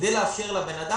ופה אנו עושים הארכה